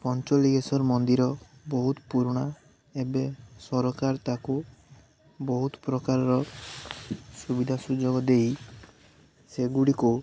ପଞ୍ଚଲିଙ୍ଗେଶ୍ୱର ମନ୍ଦିର ବହୁତ ପୁରୁଣା ଏବେ ସରକାର ତାକୁ ବହୁତ ପ୍ରକାରର ସୁବିଧା ସୁଯୋଗ ଦେଇ ସେ ଗୁଡ଼ିକୁ